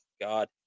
God